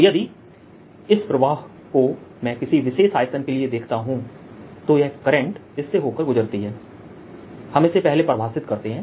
तोयदि इस प्रवाह को मैं किसी विशेष आयतन के लिए देखता हूं तो यह करंट इससे होकर गुजरती है हम इसे पहले परिभाषित करते हैं